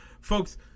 folks